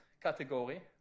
category